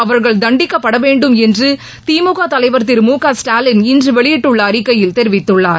அவர்கள் தண்டிக்கப்பட வேண்டும் என்று திமுக தலைவர் திரு மு க ஸ்டாலின் இன்று வெளியிட்டுள்ள அறிக்கையில் தெரிவித்துள்ளார்